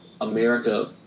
America